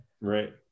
Right